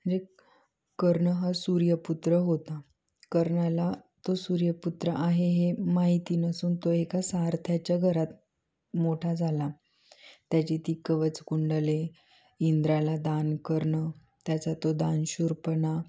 जे कर्ण हा सूर्यपुत्र होता कर्णाला तो सूर्यपुत्र आहे हे माहिती नसून तो एका सारथ्याच्या घरात मोठा झाला त्याची ती कवच कुंडले इंद्राला दान करनं त्याचा तो दानशूरपणा